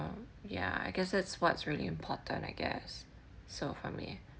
um ya I guess it's what's really important I guess so for me